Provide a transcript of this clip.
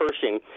Pershing